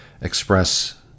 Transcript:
express